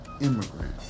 immigrant